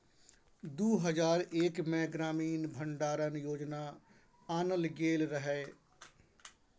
दु हजार एक मे ग्रामीण भंडारण योजना आनल गेल रहय